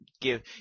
give